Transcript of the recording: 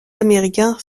américain